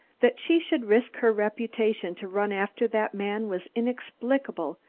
that she should risk her reputation to run after that man was inexplicable,